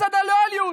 מצד הלויאליות,